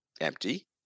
empty